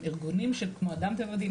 ארגונים כמו אדם טבע ודין,